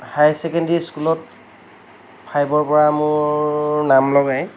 higher secondary স্কুলত ফাইভৰ পৰা মোৰ নাম লগাই